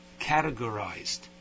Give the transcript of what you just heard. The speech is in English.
categorized